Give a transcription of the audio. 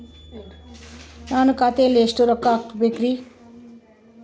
ನಾನು ಖಾತೆಯಲ್ಲಿ ಎಷ್ಟು ರೊಕ್ಕ ಹಾಕಬೇಕ್ರಿ?